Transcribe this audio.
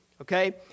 Okay